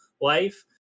life